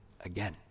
again